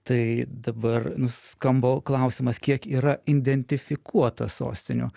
tai dabar skamba klausimas kiek yra indentifikuota sostinių